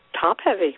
top-heavy